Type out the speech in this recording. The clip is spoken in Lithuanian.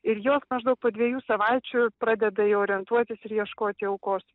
ir jos maždaug po dviejų savaičių pradeda jau orientuotis ir ieškoti aukos